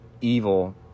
evil